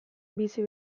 bizi